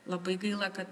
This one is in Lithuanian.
labai gaila kad